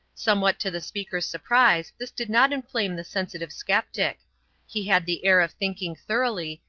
somewhat to the speaker's surprise this did not inflame the sensitive sceptic he had the air of thinking thoroughly,